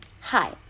hi